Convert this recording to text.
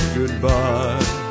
goodbye